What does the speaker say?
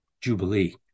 Jubilee